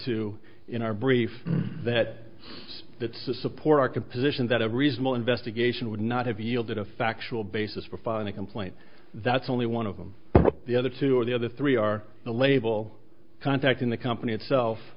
to in our brief that that support our can position that a reasonable investigation would not have yielded a factual basis for filing a complaint that's only one of them the other two or the other three are the label contacting the company itself